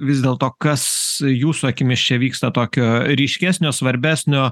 vis dėl to kas jūsų akimis čia vyksta tokio ryškesnio svarbesnio